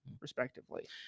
respectively